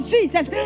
Jesus